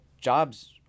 jobs